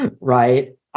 Right